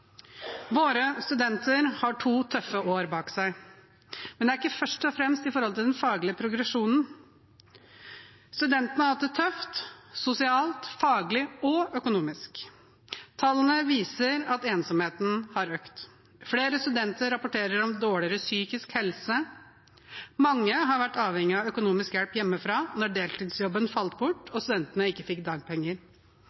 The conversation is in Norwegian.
Våre studenter har to tøffe år bak seg, men det gjelder ikke først og fremst den faglige progresjonen. Studentene har hatt det tøft sosialt, faglig og økonomisk. Tallene viser at ensomheten har økt. Flere studenter rapporterer om dårligere psykisk helse. Mange var avhengige av økonomisk hjelp hjemmefra når deltidsjobben falt bort